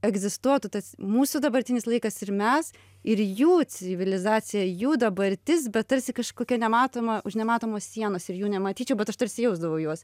egzistuotų tas mūsų dabartinis laikas ir mes ir jų civilizacija jų dabartis bet tarsi kažkokia nematoma už nematomos sienos ir jų nematyčiau bet aš tarsi jausdavau juos